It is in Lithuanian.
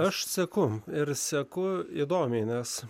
aš seku ir seku įdomiai nes